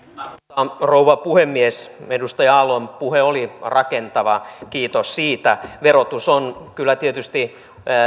arvoisa rouva puhemies edustaja aallon puhe oli rakentava kiitos siitä verotus on kyllä tietysti